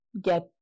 get